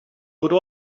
could